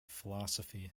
philosophy